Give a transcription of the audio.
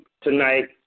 tonight